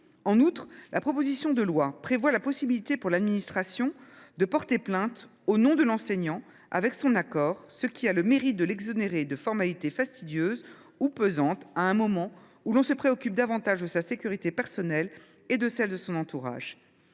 En outre, la proposition de loi prévoit la possibilité pour l’administration de porter plainte au nom de l’enseignant avec son accord, ce qui a le mérite de l’exonérer de formalités fastidieuses ou pesantes à un moment où l’on se préoccupe davantage de sa sécurité personnelle et de celle de son entourage.